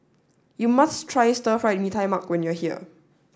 you must try stir fried Mee Tai Mak when you are here